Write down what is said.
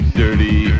dirty